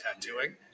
tattooing